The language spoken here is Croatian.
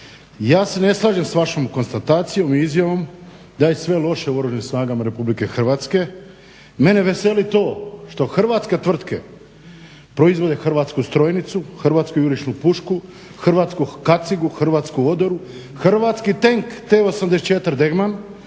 Ja se ne slažem s vašom konstatacijom i izjavom da je sve loše u Oružanim snagama RH. Mene veseli to što hrvatske tvrtke proizvode hrvatsku strojnicu, hrvatsku jurišnu pušku, hrvatsku kacigu, hrvatsku odoru, hrvatski tenk T-84 DEGMAN,